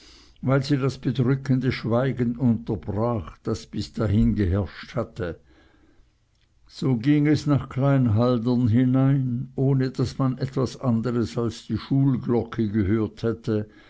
weil sie das bedrückende schweigen unterbrach das bis dahin geherrscht hatte so ging es nach klein haldern hinein ohne daß man etwas anderes als die schulglocke gehört hätte